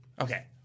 okay